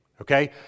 Okay